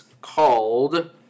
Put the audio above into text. called